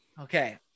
Okay